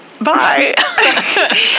Bye